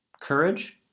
courage